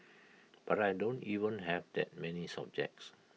but I don't even have that many subjects